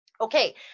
okay